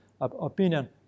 opinion